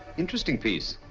interesting piece.